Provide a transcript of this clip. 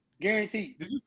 Guaranteed